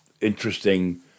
interesting